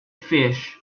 fish